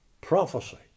prophecy